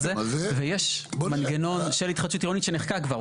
ויש מנגנון של התחדשות עירונית שנחקק כבר,